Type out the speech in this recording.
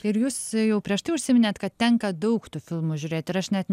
ir jūs jau prieš tai užsiminėt kad tenka daug tų filmų žiūrėti ir aš net